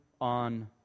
on